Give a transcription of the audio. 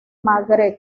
magreb